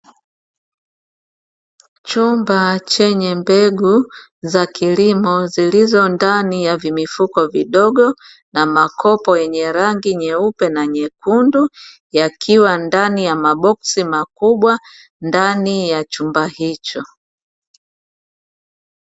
Chumba chenye mbegu za kilimo zilizo ndani ya vimifuko vidogo na makopo yenye rangi nyeupe na nyekundu, yakiwa ndani ya maboksi makubwa ndani ya chumba hicho.